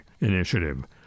Initiative